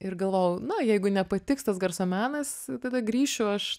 ir galvojau na jeigu nepatiks tas garso menas tada grįšiu aš